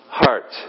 heart